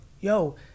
yo